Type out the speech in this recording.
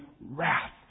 wrath